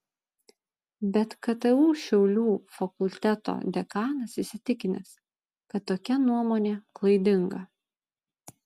bet ktu šiaulių fakulteto dekanas įsitikinęs kad tokia nuomonė klaidinga